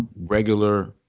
regular